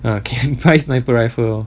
ah can buy sniper rifle [one]